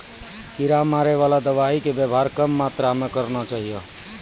कीड़ा मारैवाला दवाइ के वेवहार कम मात्रा मे करना चाहियो